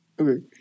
Okay